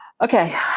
Okay